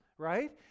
right